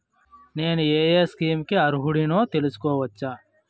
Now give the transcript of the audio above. నేను యే యే స్కీమ్స్ కి అర్హుడినో తెలుసుకోవచ్చా?